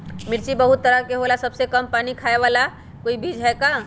मिर्ची बहुत तरह के होला सबसे कम पानी खाए वाला कोई बीज है का?